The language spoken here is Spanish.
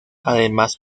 además